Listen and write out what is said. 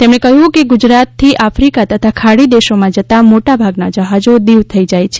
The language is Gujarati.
તેમણે કહ્યું કે ગુજરાતથી આફ્રીકા તથા ખાડી દેશોમાં જતા મોટા ભાગના જહાજો દીવ થઇ જાય છે